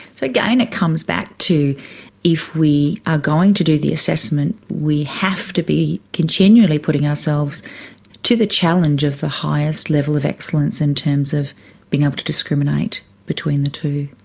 so again, it comes back to if we are going to do the assessment, we have to be continually putting ourselves to the challenge of the highest level of excellence in terms of being able to discriminate between the two.